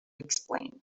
explain